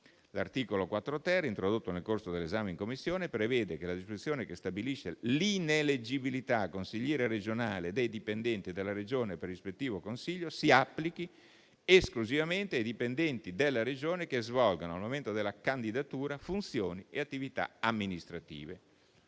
L'articolo 4-*ter*, introdotto nel corso dell'esame in Commissione, prevede che la disposizione che stabilisce l'ineleggibilità a consigliere regionale dei dipendenti della Regione per rispettivo Consiglio si applichi esclusivamente ai dipendenti della Regione che svolgano, al momento della candidatura, funzioni e attività amministrative.